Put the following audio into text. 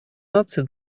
наций